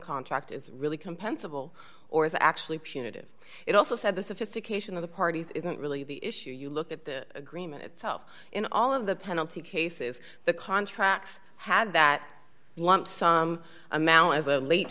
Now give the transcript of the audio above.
contract is really compensable or is actually punitive it also said the sophistication of the parties isn't really the issue you look at the agreement itself in all of the penalty cases the contracts had that lump sum amount as a late